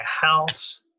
house